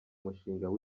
mushinga